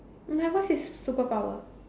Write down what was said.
like what's his superpower